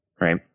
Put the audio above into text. right